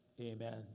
Amen